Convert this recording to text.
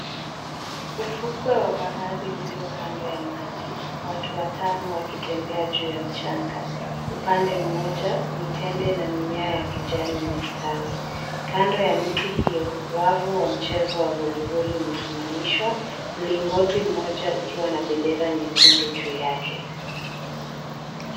Ufukwe wa bahari ulio kando ya maji, watu watano wakitembea juu ya mchanga. Upande mmoja, mitende na mimea ya kijani imestawi. Kando ya miti hiyo, wavu wa mchezo wa voliboli umesimamishwa, mlingoti mmoja ukiwa na bendera nyekundu juu yake.